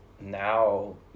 now